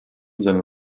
seine